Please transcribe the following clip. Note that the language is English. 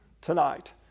tonight